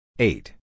Eight